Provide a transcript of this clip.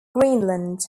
greenland